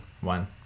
one